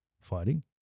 fighting